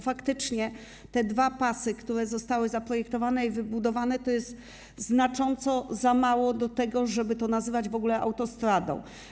Faktycznie te dwa pasy, które zostały zaprojektowane i wybudowane, to jest znacząco za mało do tego, żeby to nazywać w ogóle autostradą.